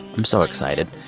i'm so excited.